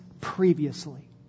previously